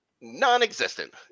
Non-existent